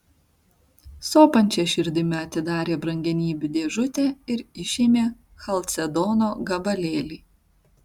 sopančia širdimi atidarė brangenybių dėžutę ir išėmė chalcedono gabalėlį